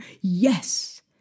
yes